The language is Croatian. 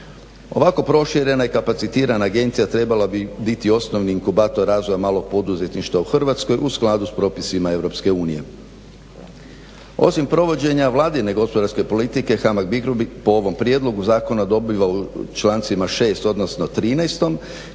Ovako proširena i kapacitirana agencija trebala bi biti osnovni inkubator razvoja malog poduzetništva u Hrvatskoj u skladu s propisima EU. Osim provođenja vladine gospodarske politike HAMAG BICRO bi po ovom prijedlogu zakona dobivao u člancima 6 odnosno 13 konkretne